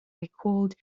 recalled